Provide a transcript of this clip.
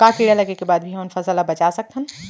का कीड़ा लगे के बाद भी हमन फसल ल बचा सकथन?